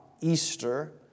Easter